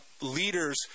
leaders